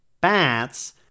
bats